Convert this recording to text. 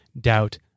doubt